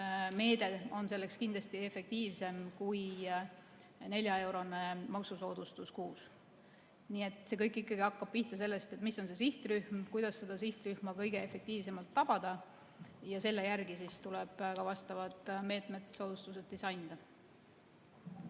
meede on selleks kindlasti efektiivsem kui neljaeurone maksusoodustus kuus. Nii et kõik hakkab pihta sellest, mis on see sihtrühm ja kuidas seda sihtrühma kõige efektiivsemalt tabada. Selle järgi siis tuleb ka vastavad meetmed-soodustused disainida.